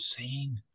insane